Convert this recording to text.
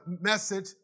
message